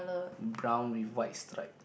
brown with white stripe